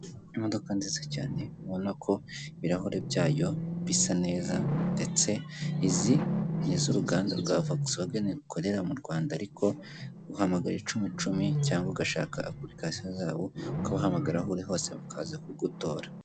Imodoka nziza cyane, ubona ko ibirahure byayo bisa neza ndetse izi ni iz'uruganda rwa Vogisuwageni rukorera mu Rwanda ariko uhamagara icumu icumi cyangwa ugashaka apurikasiyo zabo ukabahamagara aho uri hose bakaza kugutora.